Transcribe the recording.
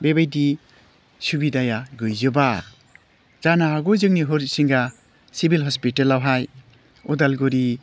बेबायदि सुबिदाया गैजोबा जानो हागौ जोंनि हरसिंगा सिभिल हस्पितालावहाय उदालगुरि